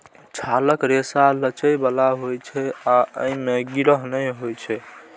छालक रेशा लचै बला होइ छै, अय मे गिरह नै रहै छै